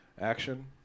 action